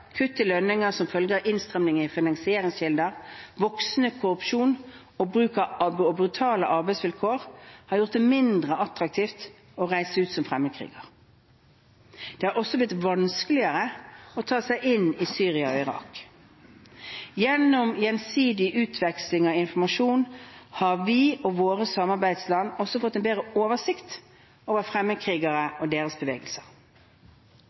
kutt i lønninger som følge av innstramninger i finansieringskilder, voksende korrupsjon og brutale arbeidsvilkår har gjort det mindre attraktivt å reise ut som fremmedkriger. Det har også blitt vanskeligere å ta seg inn i Syria og Irak. Gjennom gjensidig utveksling av informasjon har vi og våre samarbeidsland også fått en bedre oversikt over fremmedkrigere og deres bevegelser.